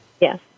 Yes